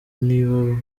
niba